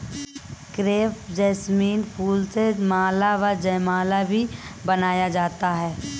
crepe jasmine फूल से माला व जयमाला भी बनाया जाता है